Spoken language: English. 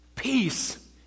Peace